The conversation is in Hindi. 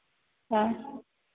हाँ